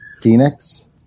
Phoenix